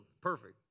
Perfect